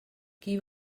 qui